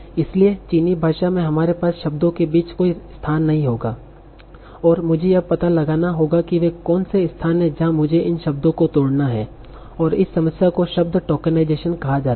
इसलिए चीनी भाषा में हमारे पास शब्दों के बीच कोई स्थान नहीं होगा और मुझे यह पता लगाना होगा कि वे कौन से स्थान हैं जहाँ मुझे इन शब्दों को तोड़ना है और इस समस्या को शब्द टोकनाइजेशन कहा जाता है